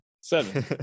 seven